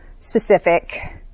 specific